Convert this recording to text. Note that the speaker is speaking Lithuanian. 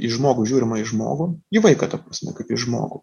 į žmogų žiūrima į žmogų į vaiką ta prasme kaip į žmogų